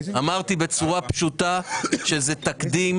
אמרתי בצורה פשוטה שזה תקדים,